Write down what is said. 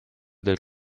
del